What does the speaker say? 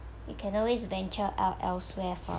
you can always venture out elsewhere for